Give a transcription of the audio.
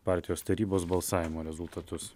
partijos tarybos balsavimo rezultatus